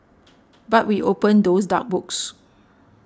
but we opened those dark books